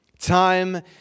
Time